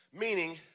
Meaning